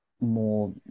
more